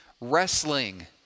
wrestling